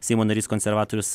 seimo narys konservatorius